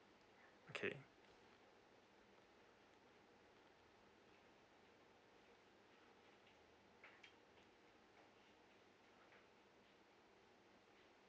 okay